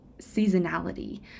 seasonality